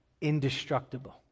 indestructible